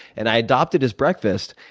and i adopted his breakfast,